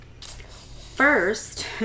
First